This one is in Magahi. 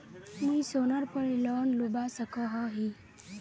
मुई सोनार पोर लोन लुबा सकोहो ही?